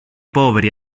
poveri